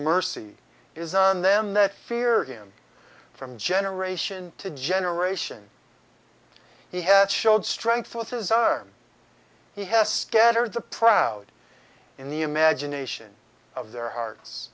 mercy is on them that fear him from generation to generation he has showed strength with his arm he has stead of the proud in the imagination of their hearts